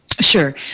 Sure